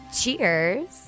Cheers